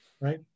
Right